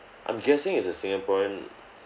I'm guessing it's a singaporean